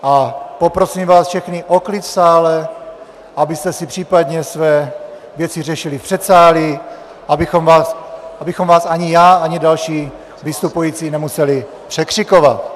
A poprosím vás všechny o klid v sále, abyste si případně své věci řešili v předsálí, abychom vás ani já, ani další vystupující nemuseli překřikovat.